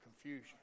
confusion